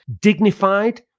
Dignified